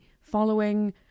following